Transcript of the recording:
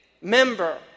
member